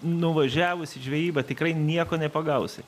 nuvažiavus į žvejyba tikrai nieko nepagausi